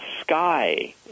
sky